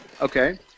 Okay